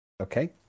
Okay